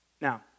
Now